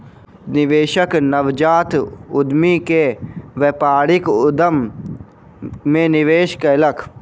निवेशक नवजात उद्यमी के व्यापारिक उद्यम मे निवेश कयलक